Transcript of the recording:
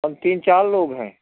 हम तीन चार लोग हैं